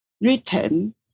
written